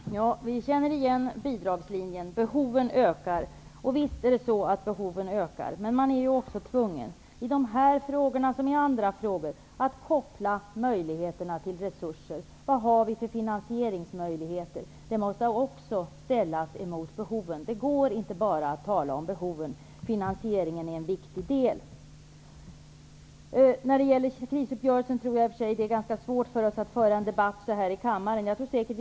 Herr talman! Vi känner igen bidragslinjen och talet om att behoven ökar. Visst är det så att behoven ökar. I dessa frågor, liksom i alla andra frågor, är man dock tvungen att koppla möjligheterna till resurserna. Mot behoven måste vi ställa de finansieringsmöjligheter vi har. Det går inte att bara tala om behoven. Finansieringen är en viktig del. Jag tror att det är ganska svårt för oss att nu här i kammaren föra en debatt om krisuppgörelsen.